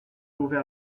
ouvert